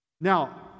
Now